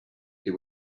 they